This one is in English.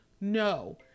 no